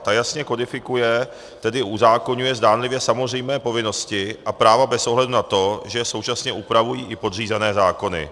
Ta jasně kodifikuje, tedy uzákoňuje, zdánlivě samozřejmé povinnosti a práva bez ohledu na to, že současně upravují i podřízené zákony.